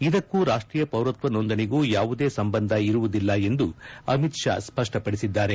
ಇದಕ್ಕೂ ರಾಷ್ಟೀಯ ಪೌರತ್ವ ನೋಂದಣಿಗೂ ಯಾವುದೇ ಸಂಬಂಧ ಇರುವುದಿಲ್ಲ ಎಂದು ಅಮಿತ್ ಷಾ ಸ್ವಷ್ವಪಡಿಸಿದ್ದಾರೆ